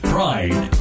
Pride